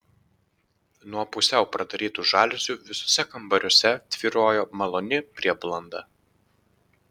nuo pusiau pradarytų žaliuzių visuose kambariuose tvyrojo maloni prieblanda